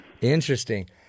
interesting